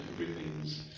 everything's